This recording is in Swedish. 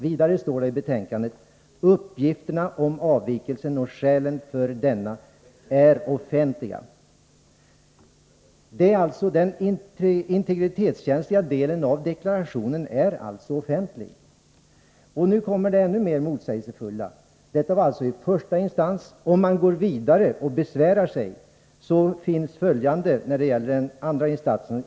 Vidare står det i betänkandet: ”Uppgifterna om avvikelsen och skälen för denna är offentliga.” Den integritetskänsliga delen av deklarationen är alltså offentlig. Detta gäller i första instans. Om man går vidare och besvärar sig blir det ännu mer motsägelsefullt.